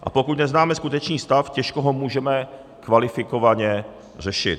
A pokud neznáme skutečný stav, těžko ho můžeme kvalifikovaně řešit.